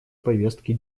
повестки